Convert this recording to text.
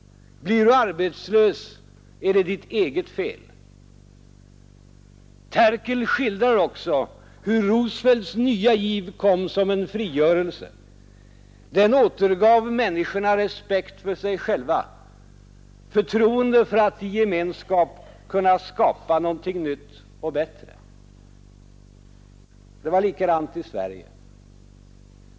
Blir du arbetslös är det ditt eget fel. Terkel skildrar också hur Roosevelts nya giv kom som en frigörelse. Den återgav människorna respekt för sig själva, förtroende för att i gemenskap kunna skapa någonting nytt och bättre. Det var likadant i Sverige.